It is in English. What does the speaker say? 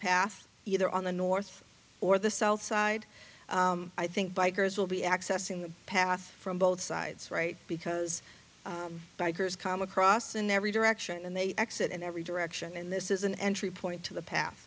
path either on the north or the south side i think bikers will be accessing the path from both sides right because bikers com across in every direction and they exit in every direction and this is an entry point to the path